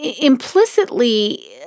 implicitly